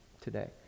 today